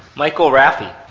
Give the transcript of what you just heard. michael rafii.